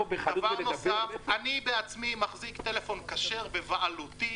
אני עצמי מחזיק טלפון כשר בבעלותי,